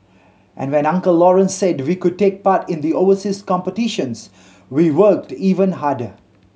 and when Uncle Lawrence said we could take part in the overseas competitions we worked even harder